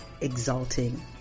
exalting